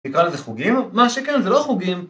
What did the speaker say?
יקרא לזה חוגים? מה שכן זה לא חוגים